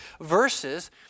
verses